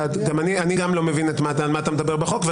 גם אני לא מבין על מה אתה מדבר בחוק.